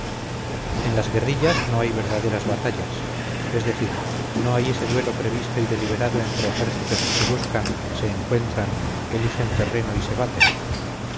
en las guerrillas no hay verdaderas batallas es decir no hay ese duelo previsto y deliberado entre ejércitos que se buscan se encuentran eligen terreno y se baten